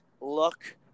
look